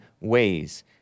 Ways